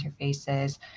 interfaces